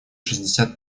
шестьдесят